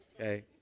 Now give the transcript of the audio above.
Okay